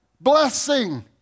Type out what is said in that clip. blessing